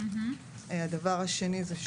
שניים,